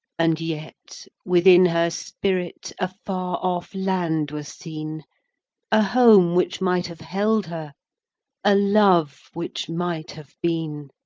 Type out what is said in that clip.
and yet, within her spirit a far-off land was seen a home, which might have held her a love, which might have been